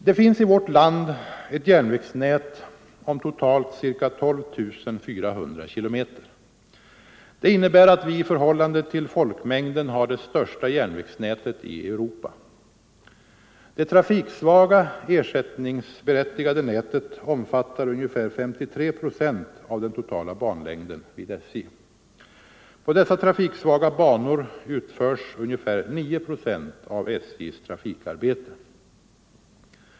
Det finns i vårt land ett järnvägsnät om totalt ca 12 400 km. Det innebär, att vi i förhållande till folkmängden har det största järnvägsnätet i Europa. Det trafiksvaga, ersättningsberättigade nätet omfattar ungefär 53 procent av den totala banlängden vid SJ. På dessa trafiksvaga banor utförs ungefär 9 procent av SJ:s trafikarbete.